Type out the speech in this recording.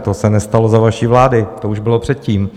To se nestalo za vaší vlády, to už bylo předtím.